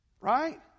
right